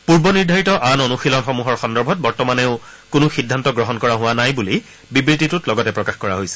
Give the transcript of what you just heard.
পূৰ্ব নিৰ্ধাৰিত আন অনুশীলনসমূহৰ সন্দৰ্ভত বৰ্তমানেও কোনো সিদ্ধান্ত গ্ৰহণ কৰা হোৱা নাই বুলি বিবৃতিটোত লগতে প্ৰকাশ কৰা হৈছে